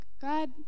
God